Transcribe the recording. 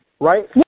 Right